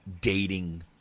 dating